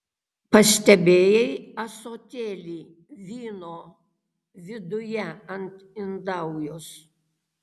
pastebėjai ąsotėlį vyno viduje ant indaujos